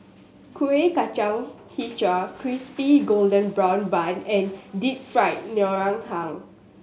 Kueh Kacang Hijau Crispy Golden Brown Bun and Deep Fried Ngoh Hiang